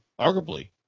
Arguably